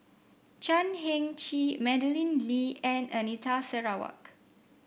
Chan Heng Chee Madeleine Lee and Anita Sarawak